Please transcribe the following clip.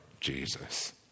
Jesus